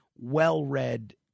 well-read